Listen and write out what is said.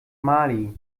mali